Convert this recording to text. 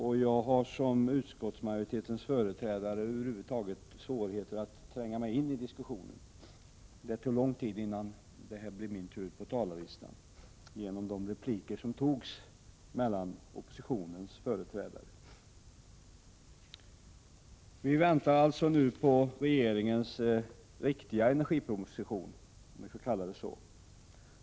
Jag har såsom utskottsmajoritetens företrädare över huvud taget svårt att tränga mig in i diskussionen. Genom replikerna mellan oppositionens representanter tog det lång tid innan det blev min tur på talarlistan. Vi väntar alltså nu på regeringens riktiga energiproposition, om jag får kalla den så.